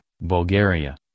Bulgaria